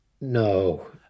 No